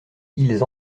ils